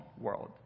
world